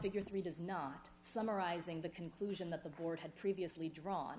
figure three does not summarizing the conclusion that the board had previously drawn